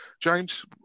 James